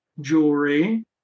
jewelry